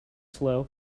slow